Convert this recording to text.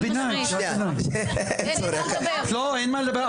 לא, אין מה לדבר.